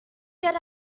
get